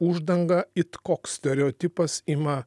uždanga it koks stereotipas ima